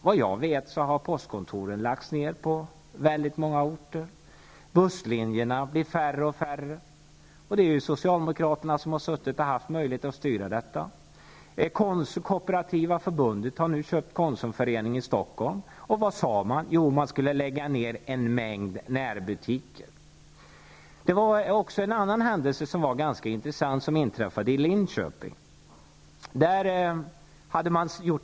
Vad jag vet har postkontoren lagts ned på många orter. Busslinjerna blir färre och färre. Det är socialdemokraterna som har haft möjlighet att styra dessa situationer. Kooperativa förbundet har nu köpt I Linköping inträffade en annan ganska intressant händelse.